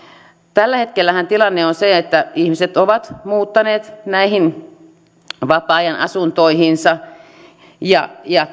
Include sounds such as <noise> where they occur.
tällä hetkellähän tilanne on se että ihmiset ovat muuttaneet näihin vapaa ajanasuntoihinsa ja ja <unintelligible>